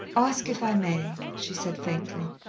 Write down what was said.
ask if i may, she said faintly.